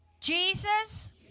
Jesus